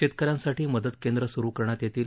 शेतकऱ्यांसाठी मदत केंद्र स्रु करण्यात येतील